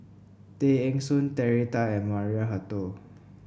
Tay Eng Soon Terry Tan and Maria Hertogh